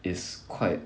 is quite